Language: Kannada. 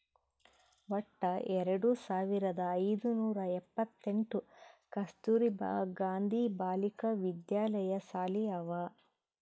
ವಟ್ಟ ಎರಡು ಸಾವಿರದ ಐಯ್ದ ನೂರಾ ಎಪ್ಪತ್ತೆಂಟ್ ಕಸ್ತೂರ್ಬಾ ಗಾಂಧಿ ಬಾಲಿಕಾ ವಿದ್ಯಾಲಯ ಸಾಲಿ ಅವಾ